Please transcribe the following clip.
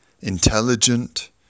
intelligent